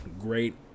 great